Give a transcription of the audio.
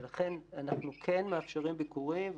ולכן אנחנו כן מאפשרים ביקורים,